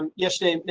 um yesterday.